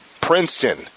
Princeton